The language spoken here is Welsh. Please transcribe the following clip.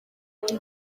ydy